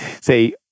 Say